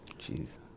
Jeez